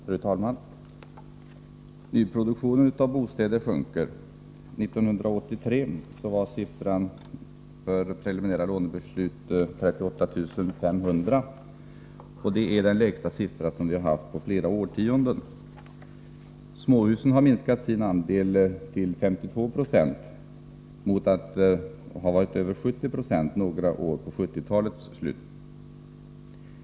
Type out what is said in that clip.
Fru talman! Nyproduktionen av bostäder sjunker. 1983 var siffran för preliminära lånebeslut 38 500. Det är den lägsta siffra vi har haft på flera årtionden. Småhusen har minskat sin andel till 52 96 mot att ha utgjort över 70 90 under några år vid slutet av 1970-talet.